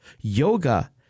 Yoga